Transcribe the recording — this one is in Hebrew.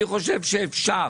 אני חושב שאפשר